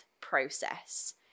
process